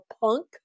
punk